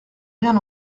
rien